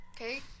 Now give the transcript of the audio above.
Okay